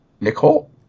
Nicole